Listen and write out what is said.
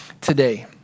today